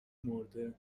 مرده